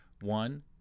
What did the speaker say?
one